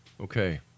Okay